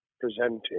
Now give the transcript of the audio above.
presenting